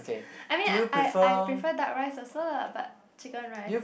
I mean I I prefer duck rice also lah but Chicken Rice